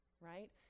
right